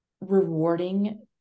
rewarding